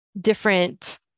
different